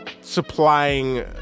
supplying